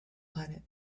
planet